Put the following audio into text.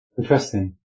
Interesting